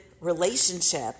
relationship